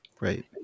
Right